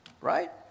right